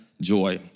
joy